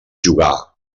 jugà